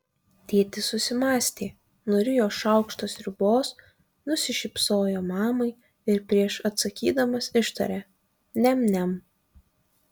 tėtis susimąstė nurijo šaukštą sriubos nusišypsojo mamai ir prieš atsakydamas ištarė niam niam